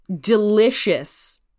delicious